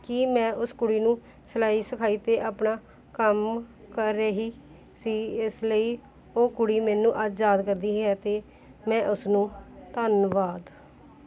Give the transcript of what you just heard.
ਕਿ ਮੈਂ ਉਸ ਕੁੜੀ ਨੂੰ ਸਿਲਾਈ ਸਿਖਾਈ ਅਤੇ ਆਪਣਾ ਕੰਮ ਕਰ ਰਹੀ ਸੀ ਇਸ ਲਈ ਉਹ ਕੁੜੀ ਮੈਨੂੰ ਅੱਜ ਯਾਦ ਕਰਦੀ ਹੈ ਅਤੇ ਮੈਂ ਉਸ ਨੂੰ ਧੰਨਵਾਦ